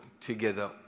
together